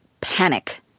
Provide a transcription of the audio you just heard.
panic